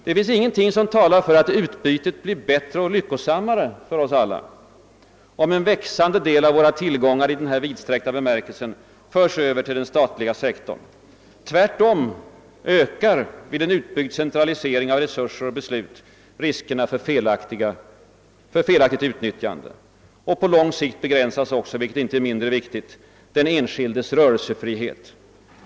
Det finns ingenting som talar för att utbytet blir bättre och lyckosammare för oss alla, om en växande del av våra tillgångar — i denna vidsträckta bemärkelse — förs över till den statliga sektorn. Tvärtom ökar vid en utbyggd centralisering av resurser och beslut riskerna för ett felaktigt utnyttjande. På lång sikt begränsas också — vilket inte är mindre viktigt — den enskildes rörelsefrihet.